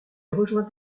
rejoint